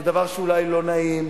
זה דבר שהוא אולי לא נעים,